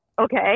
okay